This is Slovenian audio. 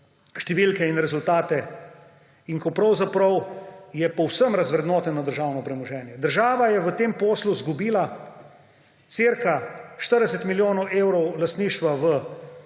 številke in rezultate ter ko je pravzaprav povsem razvrednoteno državno premoženje. Država je v tem poslu izgubila okoli 40 milijonov evrov lastništva v